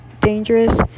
dangerous